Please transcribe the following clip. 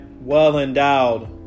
well-endowed